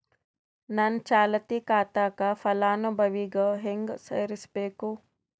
ನನ್ನ ಚಾಲತಿ ಖಾತಾಕ ಫಲಾನುಭವಿಗ ಹೆಂಗ್ ಸೇರಸಬೇಕು?